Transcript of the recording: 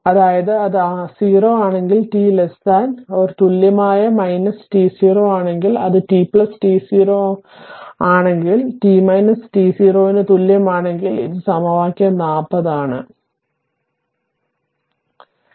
അതായത് അത് 0 ആണെങ്കിൽ t തുല്യമായ t0 ആണെങ്കിൽ അത് t t0 ആണെങ്കിൽ t t0 ന് തുല്യമാണെങ്കിൽ ഇത് സമവാക്യം 40 ആണ് ശരിയല്ലേ